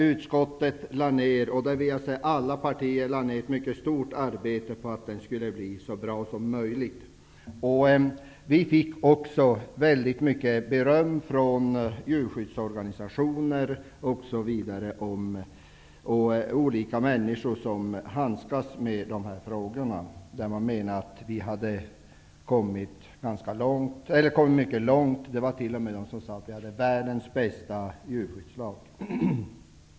Utskottet och alla partier lade ner ett mycket stort arbete för att den skulle bli så bra som möjligt. Vi fick också väldigt mycket beröm från djurskyddsorganisationer och olika människor som handskas med dessa frågor. De menade att vi kommit mycket långt. Det fanns t.o.m. de som sade att vi hade världens bästa djurskyddslag.